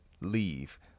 leave